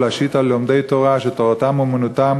ולהשית על לומדי תורה שתורתם אומנותם